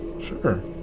Sure